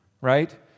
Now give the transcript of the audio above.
Right